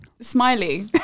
smiley